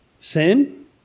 sin